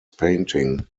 painting